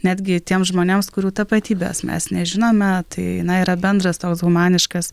netgi tiems žmonėms kurių tapatybės mes nežinom na tai na yra bendras toks humaniškas